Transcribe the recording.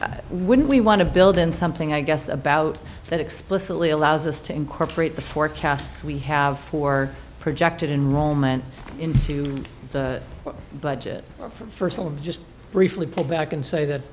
wouldn't we want to build in something i guess about that explicitly allows us to incorporate the forecasts we have for projected in rome and into the budget first of all just briefly pull back and say that